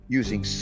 using